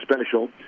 special